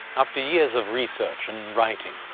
after years of research, and writing,